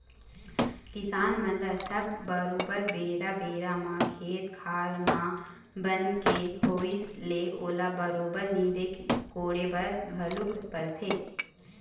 किसान मन ल सब बरोबर बेरा बेरा म खेत खार म बन के होवई ले ओला बरोबर नींदे कोड़े बर घलोक परथे